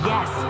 Yes